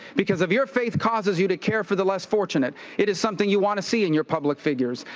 because if your faith causes you to care for the less fortunate, it is something you want to see in your public figures.